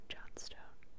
Johnstone